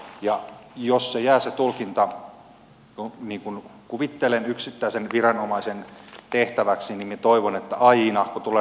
ja jos se jää se tulkinta niin kuin kuvittelen yksittäisen viranomaisen tehtäväksi niin toivon että aina kun tulee rajatapauksia niin se tulkitaan työttömän eduksi